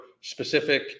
specific